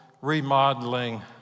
remodeling